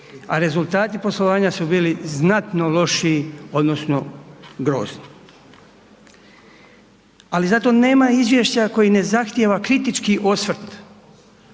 a rezultati poslovanja su bili znatno lošiji odnosno grozni. Ali zato nema izvješća koje ne zahtijeva kritički osvrt